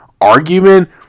argument